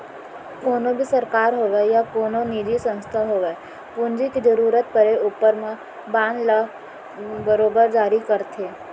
कोनों भी सरकार होवय या कोनो निजी संस्था होवय पूंजी के जरूरत परे ऊपर म बांड ल बरोबर जारी करथे